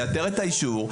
יאתר את האישור,